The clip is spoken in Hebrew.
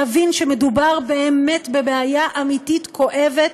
להבין שמדובר באמת בבעיה אמיתית כואבת,